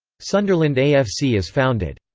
sunderland a f c. is founded.